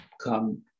come